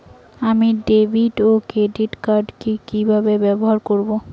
আমি ডেভিড ও credit card কি কিভাবে ব্যবহার করব?